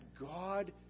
God